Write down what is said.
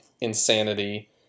insanity